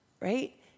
right